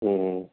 ह्म्म